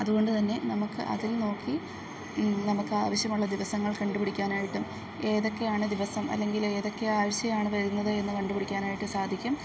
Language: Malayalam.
അതുകൊണ്ടുതന്നെ നമുക്ക് അതിൽ നോക്കി നമുക്ക് ആവശ്യമുള്ള ദിവസങ്ങൾ കണ്ടുപിടിക്കാനായിട്ടും ഏതൊക്കെയാണ് ദിവസം അല്ലെങ്കിൽ ഏതൊക്കെ ആഴ്ചയാണ് വരുന്നത് എന്ന് കണ്ടുപിടിക്കാനായിട്ട് സാധിക്കും